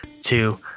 two